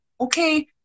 okay